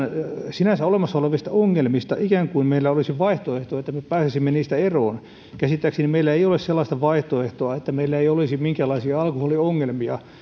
sinänsä olemassa olevista ongelmista ikään kuin meillä olisi vaihtoehto että me pääsisimme niistä eroon käsittääkseni meillä ei ole sellaista vaihtoehtoa että meillä ei olisi minkäänlaisia alkoholiongelmia